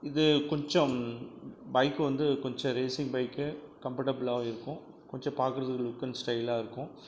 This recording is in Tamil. இது கொஞ்சம் பைக்கு வந்து கொஞ்சம் ரேஸிங் பைக்கு கம்ஃபடபுளாகவும் இருக்கும் கொஞ்சம் பார்க்குறதுக்கு ஒரு லுக் அண்ட் ஸ்டைலாக இருக்கும்